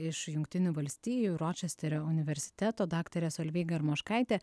iš jungtinių valstijų ročesterio universiteto daktarė solveiga armoškaitė